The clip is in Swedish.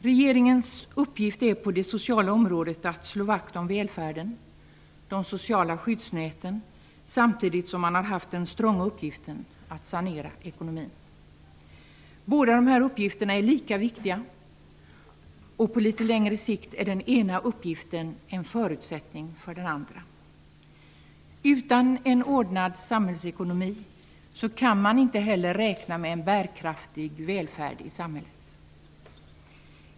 Regeringens uppgift på det sociala området är att slå vakt om välfärden, de sociala skyddsnäten, samtidigt som man har haft i uppgift att sanera ekonomin. Båda de här uppgifterna är lika viktiga, och på litet längre sikt är den ena uppgiften en förutsättning för den andra. Utan en ordnad samhällsekonomi kan man inte heller räkna med en bärkraftig välfärd i samhället.